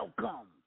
Welcome